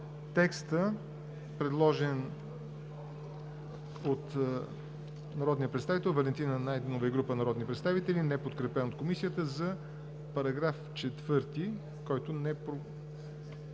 текста, предложен от народния представител Валентина Найденова и група народни представители, неподкрепен от Комисията за § 4, който не